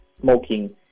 smoking